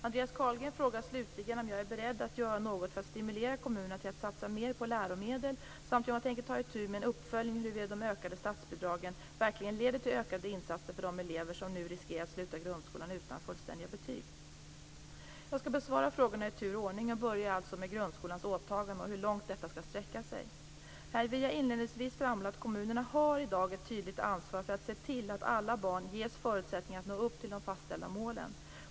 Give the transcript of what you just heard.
Andreas Carlgren frågar slutligen om jag är beredd att göra något för att stimulera kommunerna till att satsa mer på läromedel samt om jag tänker ta itu med en uppföljning huruvida de ökade statsbidragen verkligen leder till ökade insatser för de elever som nu riskerar att sluta grundskolan utan fullständiga betyg. Jag skall besvara frågorna i tur och ordning och börjar alltså med grundskolans åtagande och hur långt detta skall sträcka sig. Här vill jag inledningsvis framhålla att kommunerna i dag har ett tydligt ansvar för att se till att alla barn ges förutsättningar att nå upp till de fastställda målen.